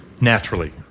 naturally